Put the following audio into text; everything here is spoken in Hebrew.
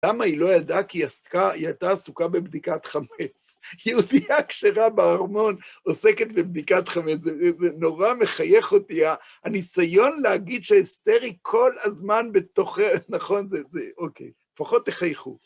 למה היא לא ידעה כי היא הייתה עסוקה בבדיקת חמץ? יהודייה כשרה בארמון עוסקת בבדיקת חמץ, זה נורא מחייך אותי, הניסיון להגיד שאסתר היא כל הזמן בתוכנו, נכון, זה אוקיי, לפחות תחייכו.